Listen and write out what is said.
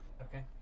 Okay